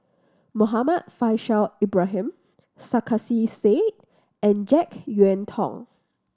Muhammad Faishal Ibrahim Sarkasi Said and Jek Yeun Thong